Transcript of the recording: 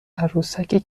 عروسکی